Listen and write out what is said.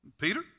Peter